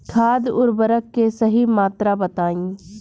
खाद उर्वरक के सही मात्रा बताई?